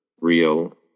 Real